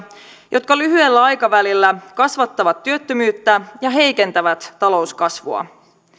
jotka lyhyellä aikavälillä kasvattavat työttömyyttä ja heikentävät talouskasvua